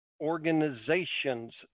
organizations